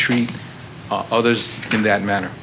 treat others in that manner